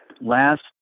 last